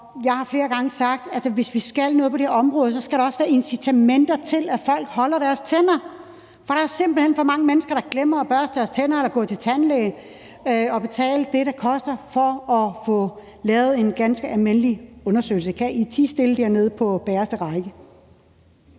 jeg har flere gange sagt, at hvis vi skal noget på det her område, skal der også være incitamenter til, at folk holder deres tænder. For der er simpelt hen for mange mennesker, der glemmer at børste tænder eller at gå til tandlæge og betale det, det koster for at få lavet en ganske almindelig undersøgelse. Her ligger der ikke